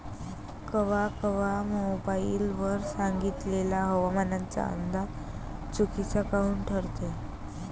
कवा कवा मोबाईल वर सांगितलेला हवामानाचा अंदाज चुकीचा काऊन ठरते?